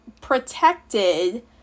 protected